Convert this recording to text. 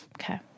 Okay